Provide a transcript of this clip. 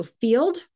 field